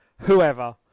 whoever